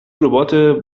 ربات